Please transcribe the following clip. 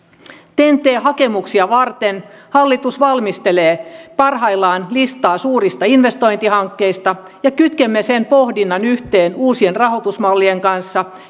ten t hakemuksia varten hallitus valmistelee parhaillaan listaa suurista investointihankkeista ja kytkemme sen pohdinnan yhteen uusien rahoitusmallien kanssa